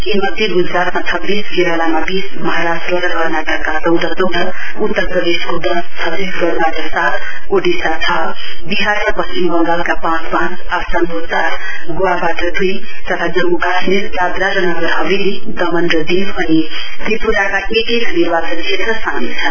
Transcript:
यी मध्ये गुजरातमा छब्बीस केरालामा बीस महाराष्ट्र र कर्नाटकका चौध चौध उत्तर प्रदेशको दस छत्तीसगढ़बाट सात ओडिसा छ बिहार र पश्चिम बङ्गालका पाँच पाँच आसामको चार गोवाबाट द्ई तथा जम्मूकाश्मीर दादर र नगर हवेली दमण र दीव अनि त्रिप्राका एक एक निर्वाचन क्षेत्र सामेल छन्